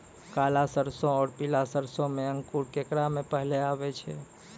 काला सरसो और पीला सरसो मे अंकुर केकरा मे पहले आबै छै?